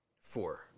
Four